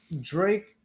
Drake